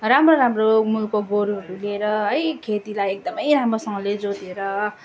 राम्रो राम्रो मूलको गोरुहरू लिएर है खेतीलाई एकदमै राम्रोसँगले जोतेर